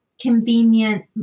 convenient